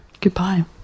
goodbye